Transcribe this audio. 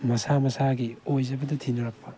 ꯃꯁꯥ ꯃꯁꯥꯒꯤ ꯑꯣꯏꯖꯕꯗ ꯊꯤꯅꯔꯛꯄ